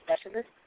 specialist